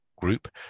Group